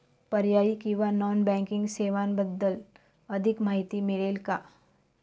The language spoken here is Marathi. पर्यायी किंवा नॉन बँकिंग सेवांबद्दल अधिक माहिती मिळेल का?